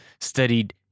studied